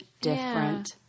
different